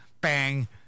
bang